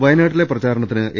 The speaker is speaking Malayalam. വയനാട്ടിലെ പ്രചാരണത്തിന് എ